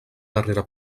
darrera